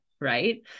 right